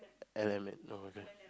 L M N no